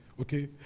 Okay